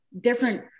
different